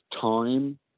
time